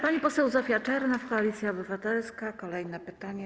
Pani poseł Zofia Czernow, Koalicja Obywatelska, kolejne pytanie.